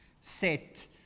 set